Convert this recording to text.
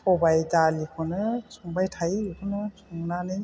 सबाय दालिखौनो संबाय थायो बेखौनो संनानै